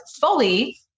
fully